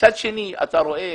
מצד שני, אתה רואה